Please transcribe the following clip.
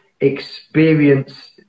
experience